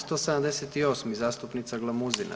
178. zastupnica Glamuzina.